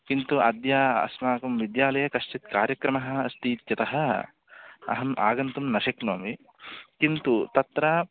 किन्तु अद्य अस्माकं विद्यालये कश्चित् कार्यक्रमः अस्तीत्यतः अहम् आगन्तुं न शक्नोमि किन्तु तत्र